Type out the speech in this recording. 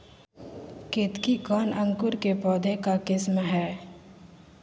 केतकी कौन अंकुर के पौधे का किस्म है?